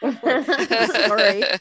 Sorry